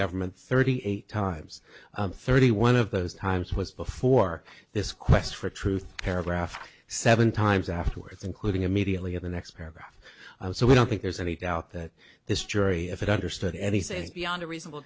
government thirty eight times thirty one of those times was before this quest for truth paragraph seven times afterwards including immediately in the next paragraph so we don't think there's any doubt that this jury if it understood anything beyond a reasonable